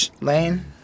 lane